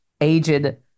aged